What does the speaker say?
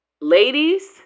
Ladies